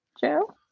Joe